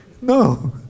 No